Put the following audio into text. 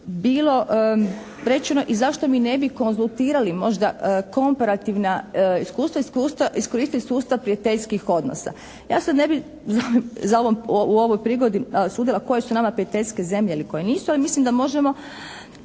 bilo rečeno i zašto mi ne bi konzultirali možda komparativna iskustva, iskoristili sustav prijateljskih odnosa. Ja se ne bi u ovoj prigodi usudila koje su nama prijateljske zemlje ili koje nisu ali mislim da možemo